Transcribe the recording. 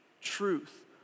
truth